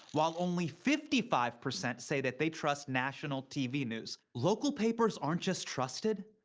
while only fifty five percent say that they trust national tv news. local papers aren't just trusted,